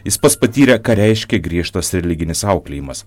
jis pats patyrė ką reiškia griežtas religinis auklėjimas